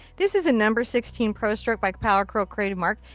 this is a number sixteen pro-stroke by powercryl creative mark.